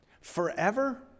Forever